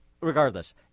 regardless